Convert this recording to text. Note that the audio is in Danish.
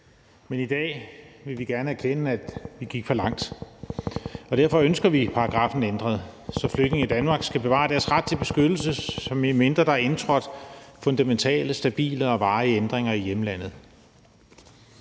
men i dag vil vi gerne erkende, at vi gik for langt, og derfor ønsker vi paragraffen ændret, så flygtninge i Danmark skal bevare deres ret til beskyttelse, medmindre der er indtrådt fundamentale, stabile og varige ændringer i hjemlandet.